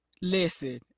listen